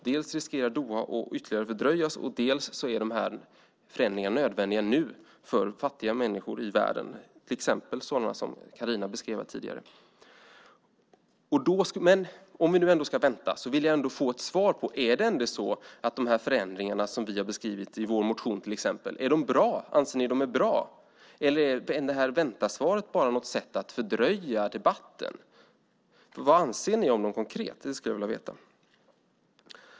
Dels riskerar ju Doha att ytterligare fördröjas, dels är dessa förändringar nödvändiga nu för fattiga människor i världen, till exempel sådana som Carina beskrev här tidigare. Men om vi nu ska vänta vill jag få ett svar på om ni ändå anser att de förändringar som vi har beskrivit i vår motion till exempel är bra, eller är vänta-svaret bara ett sätt att fördröja debatten? Vad anser ni om dem konkret? Det vill jag veta.